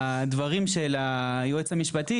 להחליט שהיא רוצה לגור ביחד במרקם קהילתי.